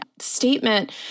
statement